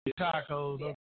tacos